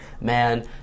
man